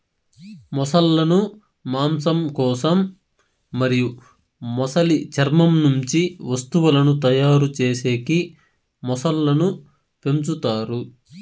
మొసళ్ళ ను మాంసం కోసం మరియు మొసలి చర్మం నుంచి వస్తువులను తయారు చేసేకి మొసళ్ళను పెంచుతారు